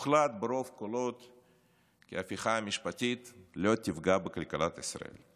הוחלט ברוב קולות כי ההפיכה המשפטית לא תפגע בכלכלת ישראל.